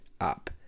up